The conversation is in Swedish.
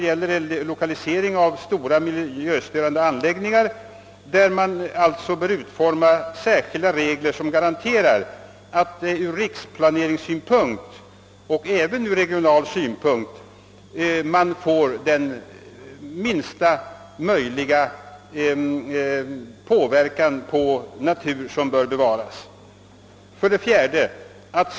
För lokalisering av stora miljöstörande anläggningar bör utformas särskilda regler som garanterar att såväl riksplaneringssynpunkter som regionala och kommunala planeringssynpunkter beaktas.» Därigenom <skulle minsta möjliga påverkan uppkomma på den natur som bör bevaras. 4.